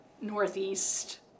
Northeast